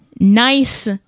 nice